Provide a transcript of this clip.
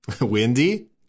windy